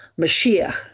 Mashiach